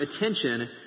attention